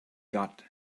got